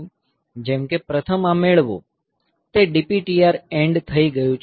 જેમ કે પ્રથમ આ મેળવો તેથી તે DPTR એન્ડ થઈ ગયું છે